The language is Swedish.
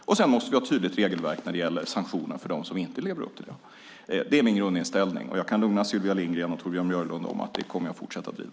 Vi måste också ha ett tydligt regelverk vad gäller sanktioner för dem som inte lever upp till kraven. Det är min grundinställning, och jag kan lugna Sylvia Lindgren och Torbjörn Björlund med att den kommer jag att fortsätta driva.